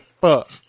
fuck